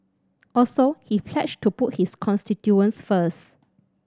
also he pledged to put his constituent first